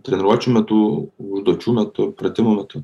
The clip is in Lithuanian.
treniruočių metu užduočių metu pratimų metu